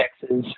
Texas